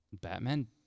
Batman